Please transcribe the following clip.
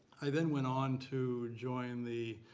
i then went on to join the